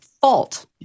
fault